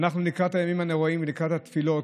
אנחנו לקראת הימים הנוראים ולקראת התפילות,